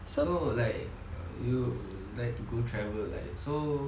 so like you like to go travel like so